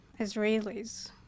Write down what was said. Israelis